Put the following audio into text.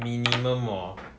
minimum !wah!